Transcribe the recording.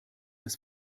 des